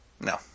No